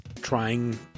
trying